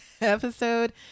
episode